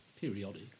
periodic